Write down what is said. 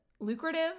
Lucrative